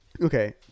Okay